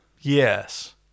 Yes